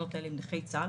לעבודות האלה עם נכי צה"ל.